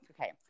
okay